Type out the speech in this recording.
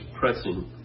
pressing